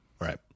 right